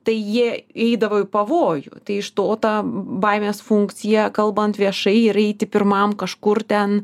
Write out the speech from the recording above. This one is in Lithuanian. tai jie eidavo į pavojų tai iš to ta baimės funkcija kalbant viešai ir eiti pirmam kažkur ten